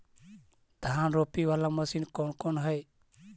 धान रोपी बाला मशिन कौन कौन है?